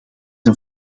een